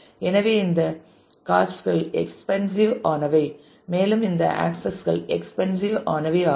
எனவே இந்த காஸ்ட் கள் எக்ஸ்பென்ஸிவ் ஆனவை மற்றும் இந்த ஆக்சஸ் கள் எக்ஸ்பென்ஸிவ் ஆனவை ஆகும்